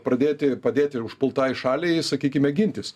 pradėti padėti užpultai šaliai sakykime gintis